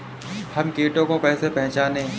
हम कीटों को कैसे पहचाने?